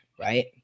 Right